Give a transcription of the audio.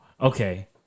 Okay